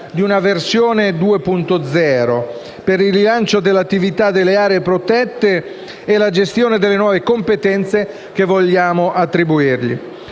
di una versione 2.0, per il rilancio dell’attività delle aree protette e la gestione delle nuove competenze che vogliamo attribuire